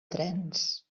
trens